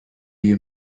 you